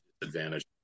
disadvantage